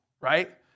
right